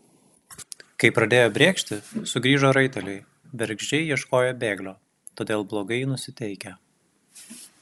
kai pradėjo brėkšti sugrįžo raiteliai bergždžiai ieškoję bėglio todėl blogai nusiteikę